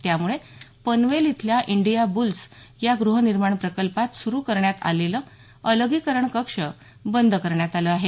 त्यामुळे पनवेल इथल्या इंडियाब्रल्स या ग्रहनिर्माण प्रकल्पात सुरू करण्यात आलेले अलगीकरण कक्ष बंद करण्यात आले आहेत